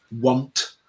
want